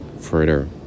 further